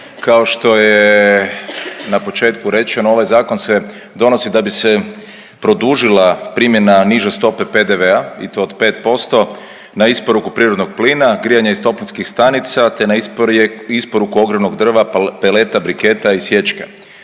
Kao što je na početku rečeno ovaj zakon se donosi da bi se produžila primjena niže stope PDV-a i to od 5% na isporuku prirodnog plina, grijanja iz toplinskih stanica te na isporuku ogrjevnog drva, peleta, briketa i sječke